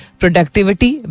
productivity